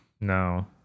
No